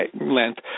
length